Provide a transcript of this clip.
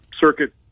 circuit